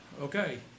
Okay